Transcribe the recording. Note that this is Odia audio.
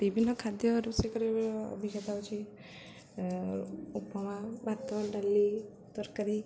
ବିଭିନ୍ନ ଖାଦ୍ୟ ରୋଷେଇ ଅଭିଜ୍ଞତା ହେଉଛି ଉପମା ଭାତ ଡାଲି ତରକାରୀ